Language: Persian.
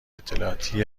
اطلاعاتی